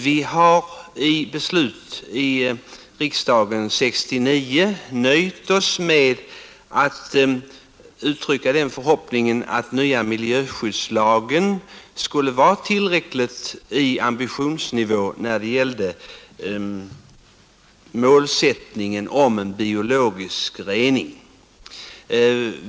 Vi har i beslut i riksdagen 1970 nöjt oss med att uttrycka den förhoppningen att den nya miljöskyddslagen skulle ha en tillräcklig räckvidd när det gällde målsättningen att åstadkomma en biologisk rening.